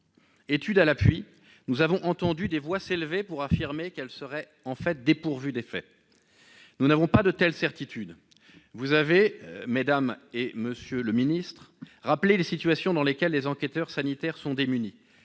Études à l'appui, nous avons entendu des voix s'élever pour affirmer qu'elle serait en fait dépourvue d'effets. Nous n'avons pas de telles certitudes. Vous avez, madame la garde des sceaux, madame, monsieur les secrétaires d'État, rappelé les situations dans lesquelles les enquêteurs sanitaires sont démunis.